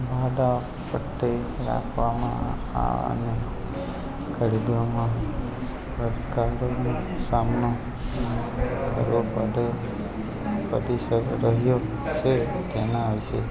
ભાડાપટ્ટે રાખવામાં અને ખરીદવામાં પડકારોનો સામનો કરવો પડે અતિશક રહ્યો છે તેના વિશે